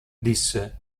disse